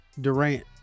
Durant